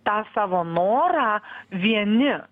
tą savo norą vieni